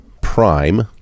Prime